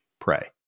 pray